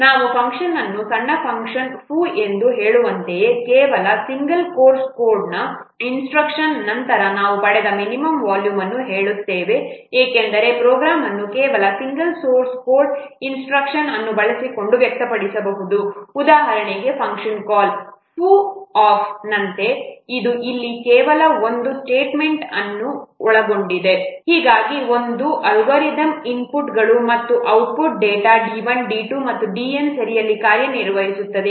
ನಾವು ಫಂಕ್ಷನ್ ಅನ್ನು ಸಣ್ಣ ಫಂಕ್ಷನ್ foo ಎಂದು ಹೇಳುವಂತೆಯೇ ಕೇವಲ ಸಿಂಗಲ್ ಸೋರ್ಸ್ ಕೋಡ್ ಇನ್ಸ್ಟ್ರಕ್ಷನ್ ನಂತರ ನಾವು ಪಡೆದ ಮಿನಿಮಂ ವಾಲ್ಯೂಮ್ ಎಂದು ಹೇಳುತ್ತೇವೆ ಏಕೆಂದರೆ ಪ್ರೋಗ್ರಾಂ ಅನ್ನು ಕೇವಲ ಸಿಂಗಲ್ ಸೋರ್ಸ್ ಕೋಡ್ ಇನ್ಸ್ಟ್ರಕ್ಷನ್ ಅನ್ನು ಬಳಸಿಕೊಂಡು ವ್ಯಕ್ತಪಡಿಸಬಹುದು ಉದಾಹರಣೆಗೆ ಫಂಕ್ಷನ್ ಕಾಲ್ foo ನಂತೆ ಇದು ಇಲ್ಲಿ ಕೇವಲ ಒಂದು ಸ್ಟೇಟ್ಮೆಂಟ್ ಅನ್ನು ಒಳಗೊಂಡಿದೆ ಹೀಗಾಗಿ ಒಂದು ಅಲ್ಗಾರಿದಮ್ ಇನ್ಪುಟ್ಗಳು ಮತ್ತು ಔಟ್ಪುಟ್ ಡೇಟಾ d 1 d 2 ಮತ್ತು d n ಸರಿಯಲ್ಲಿ ಕಾರ್ಯನಿರ್ವಹಿಸುತ್ತದೆ